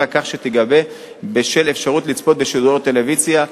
כך שתיגבה בשל האפשרות לצפות בשידורי טלוויזיה,